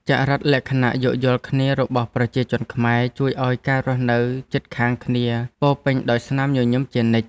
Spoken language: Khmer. ចរិតលក្ខណៈយោគយល់គ្នារបស់ប្រជាជនខ្មែរជួយឱ្យការរស់នៅជិតខាងគ្នាពោរពេញដោយស្នាមញញឹមជានិច្ច។